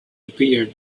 appeared